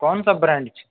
कोन सा ब्रांड छै